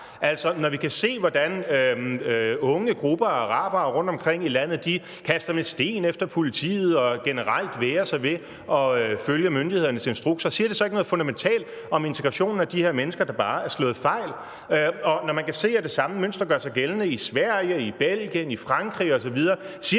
Altså, når vi kan se, hvordan unge grupper af arabere rundtomkring i landet kaster med sten efter politiet og generelt vægrer sig ved at følge myndighedernes instrukser, siger det så ikke noget fundamentalt om, at integrationen af de her mennesker bare er slået fejl? Og når man kan se, at det samme mønster gør sig gældende i Sverige, i Belgien, i Frankrig osv., siger